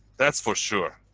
that's for sure,